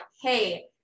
Hey